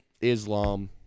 Islam